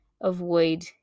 avoid